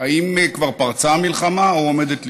האם כבר פרצה המלחמה או עומדת לפרוץ?